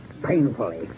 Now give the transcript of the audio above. Painfully